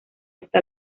hasta